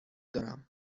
دارم